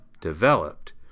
developed